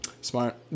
Smart